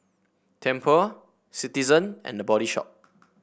Tempur Citizen and The Body Shop